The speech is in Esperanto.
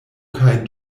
kaj